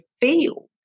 feel